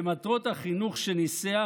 במטרות החינוך שניסח,